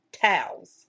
towels